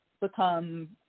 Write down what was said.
become